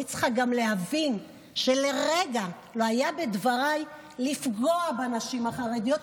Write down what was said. היית צריכה גם להבין שלרגע לא היה בדבריי לפגוע בנשים החרדיות,